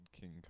King